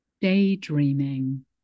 Daydreaming